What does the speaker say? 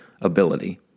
ability